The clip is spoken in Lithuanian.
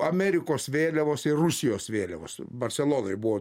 amerikos vėliavos ir rusijos vėliavos barselonoj buvo